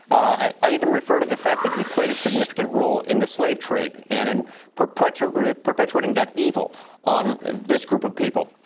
i even refer to the fact he played a significant role in the slave trade and in perpetuating perpetuating that evil on this group of people.